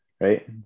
right